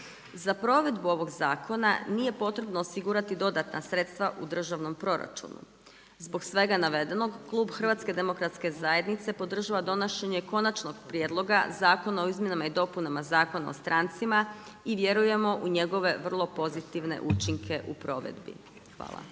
Za provedbu ovog zakona nije potrebno osigurati dodatna sredstva u državnom proračunu. Zbog svega navedenog, klub HDZ-a podržava donošenje Konačnog prijedloga Zakona o izmjenama i dopunama Zakona o strancima i vjerujemo u njegove vrlo pozitivne učinke u provedbi. Hvala.